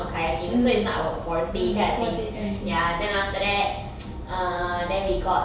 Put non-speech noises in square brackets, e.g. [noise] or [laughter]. kayaking so it's not our forte kind of thing ya then after that [noise] err then we got